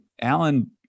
Alan